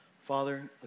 Father